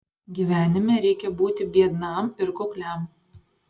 gyvenime reikia būti biednam ir kukliam